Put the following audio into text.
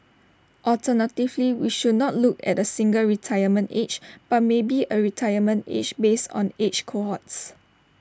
alternatively we should not look at A single retirement age but maybe A retirement age based on age cohorts